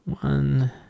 One